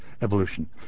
evolution